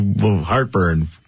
heartburn